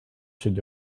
should